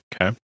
Okay